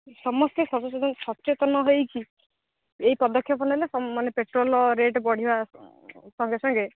ସମସ୍ତେ ସଚେତନ ହେଇକି ଏହି ପଦକ୍ଷେପ ନେଲେ ମାନେ ପେଟ୍ରୋଲର ରେଟ୍ ବଢ଼ିବା ସଙ୍ଗେ ସଙ୍ଗେ